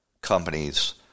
companies